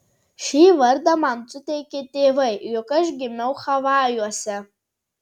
šį vardą man suteikė tėvai juk aš gimiau havajuose